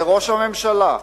לראש הממשלה,